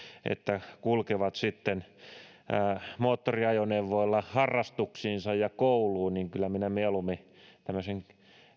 että kulkevat moottoriajoneuvoilla harrastuksiinsa ja kouluun niin kyllä minä mieluummin tämmöisen